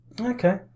okay